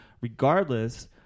regardless